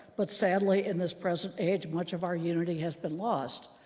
but sadly, in this present age, much of our unity has been lost.